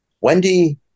Wendy